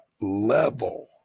level